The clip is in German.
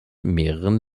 mehreren